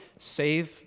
save